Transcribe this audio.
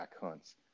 hunts